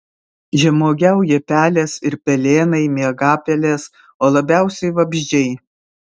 žemuogiauja pelės ir pelėnai miegapelės o labiausiai vabzdžiai